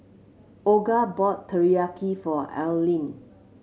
Olga bought Teriyaki for Alline